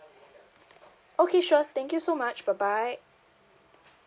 okay sure thank you so much bye bye